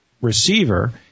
receiver